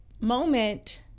moment